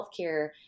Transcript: healthcare